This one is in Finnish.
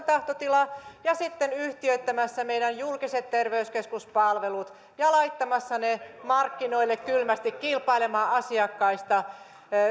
tahtotila ja sitten yhtiöittämässä meidän julkiset terveyskeskuspalvelut ja laittamassa ne markkinoille kylmästi kilpailemaan asiakkaista